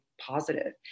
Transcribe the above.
positive